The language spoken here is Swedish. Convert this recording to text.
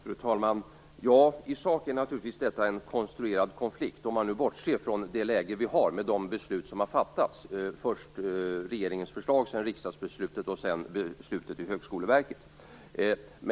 Fru talman! I sak är detta naturligtvis en konstruerad konflikt om man nu bortser från det läget med de beslut som har fattats - först regeringens förslag, sedan riksdagsbeslutet och slutligen beslutet i Högskoleverket.